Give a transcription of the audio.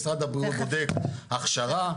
משרד הבריאות בודק הכשרה,